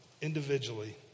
Individually